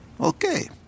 Okay